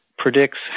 Predicts